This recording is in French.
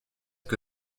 que